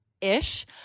ish